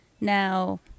Now